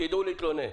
שיידעו להתלונן.